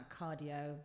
cardio